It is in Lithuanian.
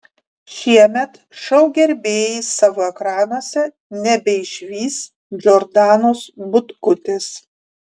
šiemet šou gerbėjai savo ekranuose nebeišvys džordanos butkutės